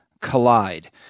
Collide